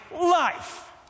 life